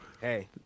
Hey